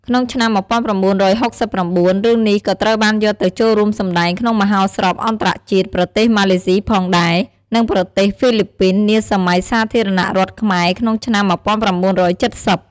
ក្នុងឆ្នាំ១៩៦៩ រឿងនេះ ក៏ត្រូវបានយកទៅចូលរួមសម្តែងក្នុងមហោស្រពអន្តរជាតិ ប្រទេសម៉ាឡេស៊ីផងដែរ, និងប្រទេសហ្វីលីពីន នាសម័យសាធារណរដ្ឋខ្មែរ ក្នុងឆ្នាំ ១៩៧០ ។